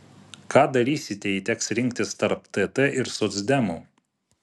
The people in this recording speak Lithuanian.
ką darysite jei teks rinktis tarp tt ir socdemų